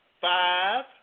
five